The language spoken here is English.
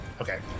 Okay